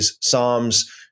Psalms